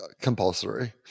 Compulsory